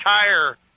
tire